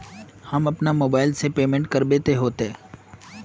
हम अपना मोबाईल से पेमेंट करबे ते होते?